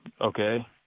okay